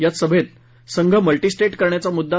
या सभेत संघ मल्टीस्टेट करण्याचा मद्दा